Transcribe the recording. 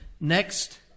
next